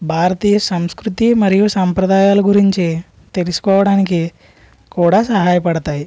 భారతీయ సంస్కృతి మరియు సంప్రదాయాల గురించి తెలుసుకోవడానికి కూడా సహాయపడతాయి